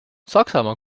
saksamaa